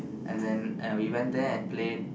and then uh we went there and played